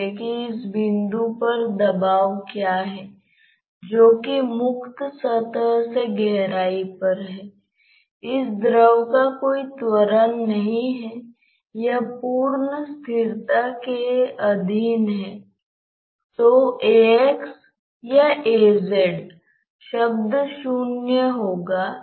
एक और सीधा शीर्ष फेस है जिसके माध्यम से द्रव प्रवाहित नहीं होता है